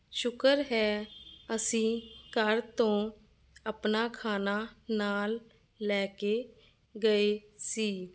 ਸ਼ੁਕਰ ਹੈ ਅਸੀਂ ਘਰ ਤੋਂ ਆਪਣਾ ਖਾਣਾ ਨਾਲ ਲੈ ਕੇ ਗਏ ਸੀ